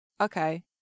Okay